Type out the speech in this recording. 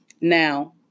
Now